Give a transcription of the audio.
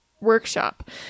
workshop